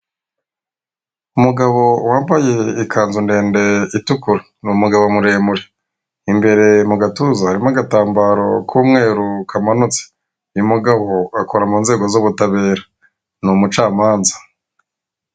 Umugabo wambaye ikanzu ndende itukura, ni umugabo muremure imbere mu gatuza harimo agatambaro ku mweru kamanutse, uyu mugabo akora mu nzego z'ubutabera ni umucamanza.